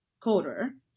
coder